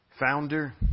founder